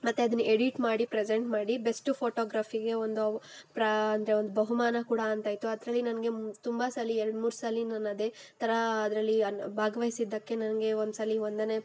ಮತ್ತು ಅದನ್ನ ಎಡಿಟ್ ಮಾಡಿ ಪ್ರೆಸೆಂಟ್ ಮಾಡಿ ಬೆಸ್ಟು ಫೋಟೋಗ್ರಫಿಗೆ ಒಂದು ಪ್ರ ಅಂದರೆ ಒಂದು ಬಹುಮಾನ ಕೂಡ ಅಂತ ಇತ್ತು ಅದರಲ್ಲಿ ನನಗೆ ತುಂಬ ಸಲ ಎರಡು ಮೂರು ಸಲ ನಾನು ಅದೇ ಥರ ಅದರಲ್ಲಿ ಅನ್ನು ಭಾಗ್ವಹಿಸಿದ್ದಕ್ಕೆ ನನಗೆ ಒಂದು ಸಲ ಒಂದನೇ